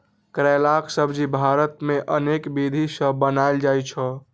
करैलाक सब्जी भारत मे अनेक विधि सं बनाएल जाइ छै